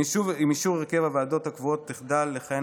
עם אישור הרכב הוועדות הקבועות תחדל לכהן